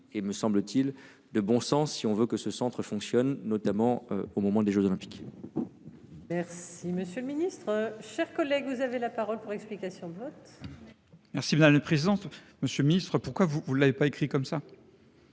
est me semble-t-il de bon sens, si on veut que ce centre fonctionne notamment au moment des Jeux olympiques. Merci monsieur le ministre, chers collègues, vous avez la parole pour explication de vote. Alors si on a le présente monsieur Ministre pourquoi vous, vous ne l'avez pas écrit comme ça.